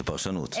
זה פרשנות.